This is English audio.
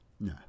No